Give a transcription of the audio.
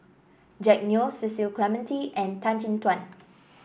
Jack Neo Cecil Clementi and Tan Chin Tuan